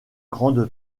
grande